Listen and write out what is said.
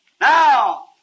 Now